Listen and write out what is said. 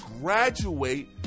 graduate